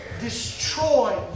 Destroy